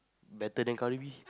better than Karabi